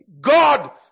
God